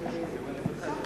אני קודם רוצה להתחיל מזה שהיום,